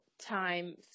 time